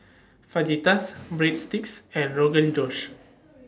Fajitas Breadsticks and Rogan Josh